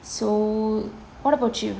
so what about you